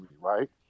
right